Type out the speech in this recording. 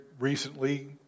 Recently